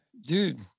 dude